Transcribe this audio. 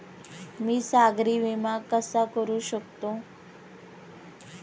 मी सागरी विमा कसा करू शकतो?